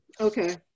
Okay